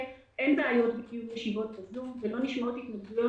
אין בעיות בקיום ישיבות בזום ולא נשמעות התנגדויות,